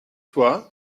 toi